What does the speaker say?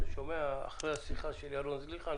אחרי השיחה של פרופסור זליכה,